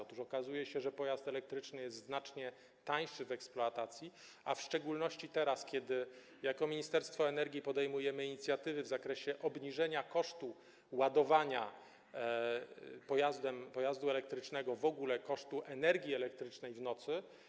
Otóż okazuje się, że pojazd elektryczny jest znacznie tańszy w eksploatacji, w szczególności teraz, kiedy jako Ministerstwo Energii podejmujemy inicjatywy w zakresie obniżenia kosztu ładowania pojazdu elektrycznego, w ogóle kosztu energii elektrycznej w nocy.